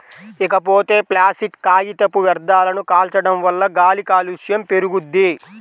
ఇకపోతే ప్లాసిట్ కాగితపు వ్యర్థాలను కాల్చడం వల్ల గాలి కాలుష్యం పెరుగుద్ది